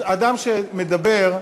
אדם שמדבר,